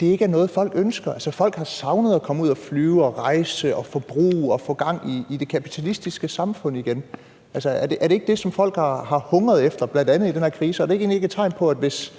ting ikke er noget, folk ønsker. Folk har savnet at komme ud at flyve, rejse, forbruge og få gang i det kapitalistiske samfund igen. Er det ikke det, folk bl.a. har hungret efter i den her krise? Er det egentlig ikke et tegn på, at hvis